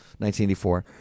1984